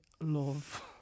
love